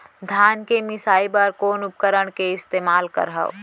धान के मिसाई बर कोन उपकरण के इस्तेमाल करहव?